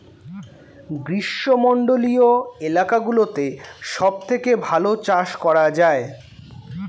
গ্রীষ্মমণ্ডলীয় এলাকাগুলোতে সবথেকে ভালো চাষ করা যায়